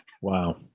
Wow